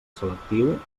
selectiu